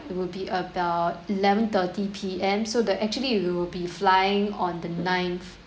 it will be about eleven thirty P_M so the actually we will be flying on the ninth